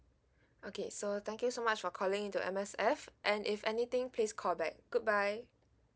okay so thank you so much for calling into M_S_F and if anything please callback goodbye